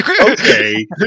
Okay